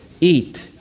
eat